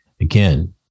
Again